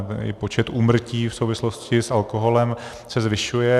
Počet úmrtí v souvislosti s alkoholem se zvyšuje.